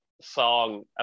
Song